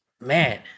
man